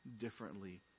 differently